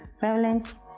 violence